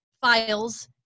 files